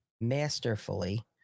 masterfully